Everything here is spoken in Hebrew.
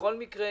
בכל מקרה,